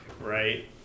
Right